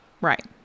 Right